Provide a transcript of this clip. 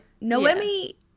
Noemi